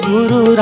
Guru